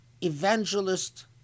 evangelist